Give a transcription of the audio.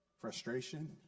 frustration